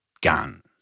guns